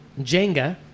Jenga